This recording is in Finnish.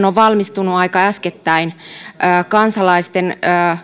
on valmistunut aika äskettäin tutkimus kansalaisten